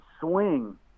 swing